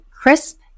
Crisp